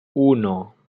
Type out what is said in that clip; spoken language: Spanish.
uno